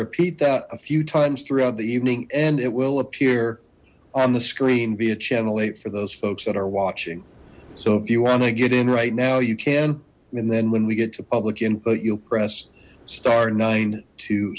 repeat that a few times throughout the evening and it will appear on the screen via channel eight for those folks that are watching so if you want to get in right now you can and then when we get to public input you'll press star nine to